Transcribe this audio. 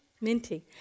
Minty